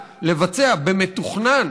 במתוכנן,